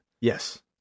Yes